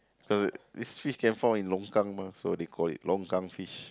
because it this fish can fall in Longkang mah so they call it Longkang fish